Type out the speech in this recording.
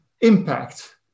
impact